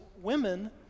women